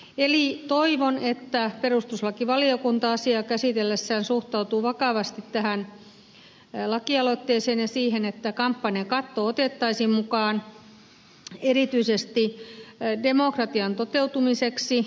eli toivon että perustuslakivaliokunta asiaa käsitellessään suhtautuu vakavasti tähän lakialoitteeseen ja siihen että kampanjakatto otettaisiin mukaan erityisesti demokratian toteutumiseksi